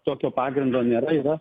tokio pagrindo nėra yra